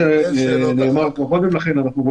כשמדובר בקבועי זמן של שבעה ימים